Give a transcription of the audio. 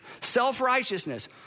Self-righteousness